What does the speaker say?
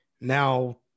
now